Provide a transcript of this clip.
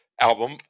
album